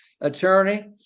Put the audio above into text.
attorney